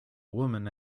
woman